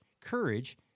Courage